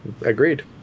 agreed